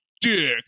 dick